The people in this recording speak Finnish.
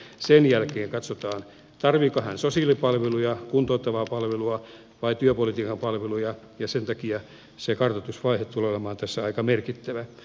sen jälkeen katsotaan tarvitseeko hän sosiaalipalveluja kuntouttavaa palvelua vai työpolitiikan palveluja ja sen takia se kartoitusvaihe tulee olemaan tässä aika merkittävä heidänkin kohdallaan